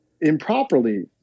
improperly